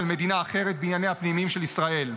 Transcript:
מדינה אחרת בענייניה הפנימיים של ישראל.